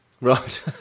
Right